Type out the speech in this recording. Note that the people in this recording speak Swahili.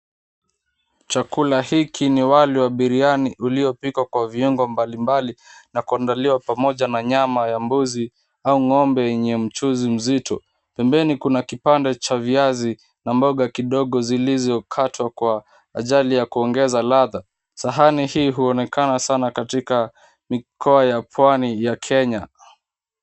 Chakula hiki ni wali wa biriani uliopikwa kwa viungo mbalimbali na kuandaliwa pamoja na nyama ya mbuzi au ng'ombe yenye mchuzi mzito. Pembeni kuna kipande cha viazi na mboga kidogo zilizokatwa kwa ajali ya kuongeza ladha. Sahani hii huonekana sana katika mikoa ya Pwani ya Kenya.